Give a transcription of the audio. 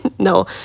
No